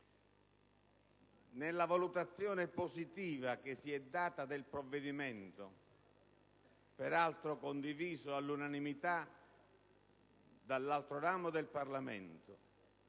Nella valutazione positiva che si è data del provvedimento (peraltro condiviso all'unanimità dall'altro ramo del Parlamento